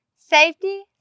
Safety